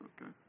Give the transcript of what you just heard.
Okay